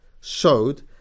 showed